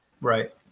Right